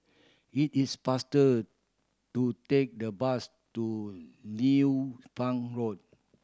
it is faster to take the bus to Liu Fang Road